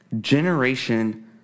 generation